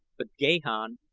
but gahan,